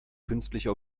künstliche